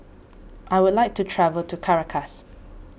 I would like to travel to Caracas